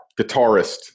guitarist